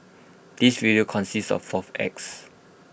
this video consists of four acts